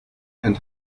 and